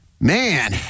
Man